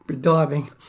diving